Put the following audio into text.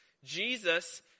Jesus